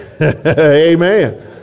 Amen